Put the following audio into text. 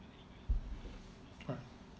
right